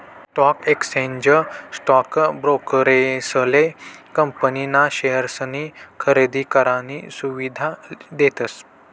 stock exchange stock ब्रोकरेसले company ना शेअर्सनी खरेदी करानी सुविधा देतस